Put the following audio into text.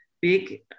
big